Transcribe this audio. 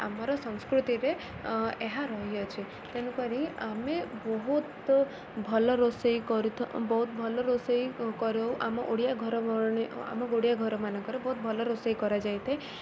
ଆମର ସଂସ୍କୃତିରେ ଏହା ରହିଅଛି ତେଣୁକରି ଆମେ ବହୁତ ଭଲ ରୋଷେଇ କରୁ ଥାଉ ବହୁତ ଭଲ ରୋଷେଇ କରୁ ଆମ ଓଡ଼ିଆ ଘର ଆମ ଓଡ଼ିଆ ଘର ମାନଙ୍କରେ ବହୁତ ଭଲ ରୋଷେଇ କରାଯାଇ ଥାଏ